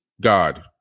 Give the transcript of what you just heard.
god